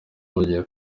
bugiye